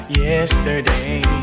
yesterday